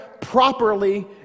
properly